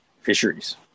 fisheries